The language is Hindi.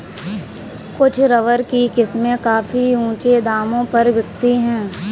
कुछ रबर की किस्में काफी ऊँचे दामों पर बिकती है